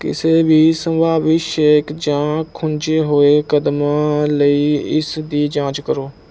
ਕਿਸੇ ਵੀ ਸੰਭਾਵੀ ਛੇਕ ਜਾਂ ਖੁੰਝੇ ਹੋਏ ਕਦਮਾਂ ਲਈ ਇਸ ਦੀ ਜਾਂਚ ਕਰੋ